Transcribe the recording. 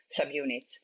subunits